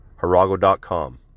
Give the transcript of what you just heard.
Harago.com